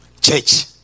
church